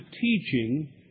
teaching